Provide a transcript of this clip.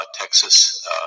Texas